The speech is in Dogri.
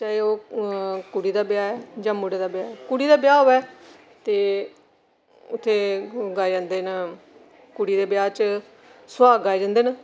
चाहे ओह् कुड़ी दा ब्याह् ऐ जां मुड़े दा ब्याह् कुड़ी दा ब्याह् होवै ते उत्थै गाए जंदे न कुड़ी दे ब्याह् च सुहाग गाए जंदे न